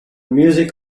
music